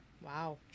Wow